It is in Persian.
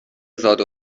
زاد